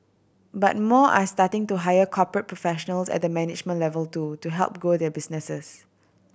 but more are starting to hire corporate professionals at the management level too to help grow their businesses